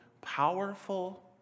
powerful